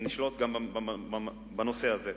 ונשלוט גם בנושא הזה.